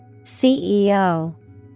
CEO